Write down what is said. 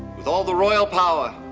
with all the royal power